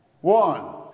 One